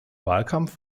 wahlkampf